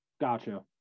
Gotcha